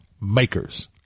makers